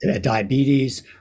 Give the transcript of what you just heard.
diabetes